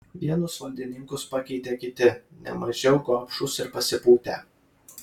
vienus valdininkus pakeitė kiti ne mažiau gobšūs ir pasipūtę